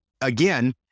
again